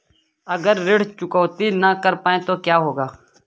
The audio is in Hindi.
अगर ऋण चुकौती न कर पाए तो क्या होगा?